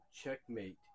checkmate